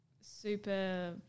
super